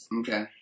Okay